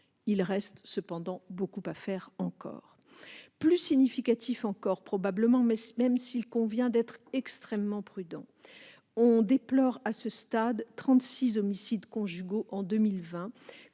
Il reste cependant beaucoup à faire ! Plus significatif encore probablement, même s'il convient d'être extrêmement prudent, on déplore à ce stade 36 homicides conjugaux en 2020,